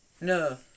no